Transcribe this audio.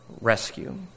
rescue